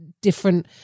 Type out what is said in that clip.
different